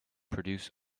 produce